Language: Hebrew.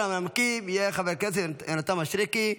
ראשון המנמקים יהיה חבר הכנסת יונתן מישרקי,